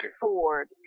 Ford